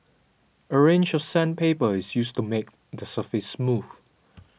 a range of sandpaper is used to make the surface smooth